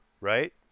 right